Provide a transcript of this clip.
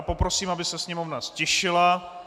Poprosím, aby se sněmovna ztišila!